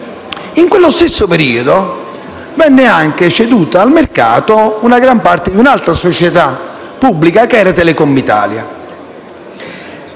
In quello stesso periodo, venne ceduta al mercato la gran parte di un'altra società pubblica: Telecom Italia.